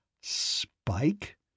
Spike